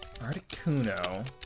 Articuno